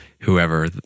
whoever